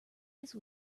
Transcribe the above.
case